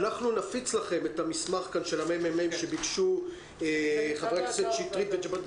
נפיץ לכם את המסמך של הממ"מ שביקשו חברי הכנסת שטרית וג'בארין.